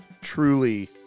truly